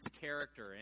character